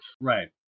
Right